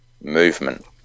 movement